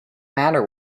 matter